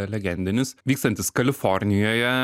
legendinis vykstantis kalifornijoje